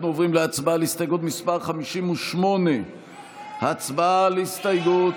אנחנו עוברים להצבעה על הסתייגות מס' 58. הצבעה על ההסתייגות.